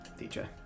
DJ